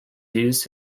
used